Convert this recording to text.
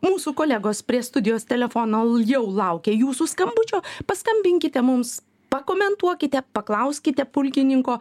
mūsų kolegos prie studijos telefono jau laukia jūsų skambučio paskambinkite mums pakomentuokite paklauskite pulkininko